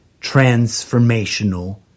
transformational